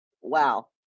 Wow